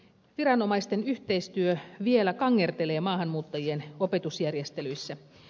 viranomaisten yhteistyö vielä kangertelee maahanmuuttajien opetusjärjestelyissä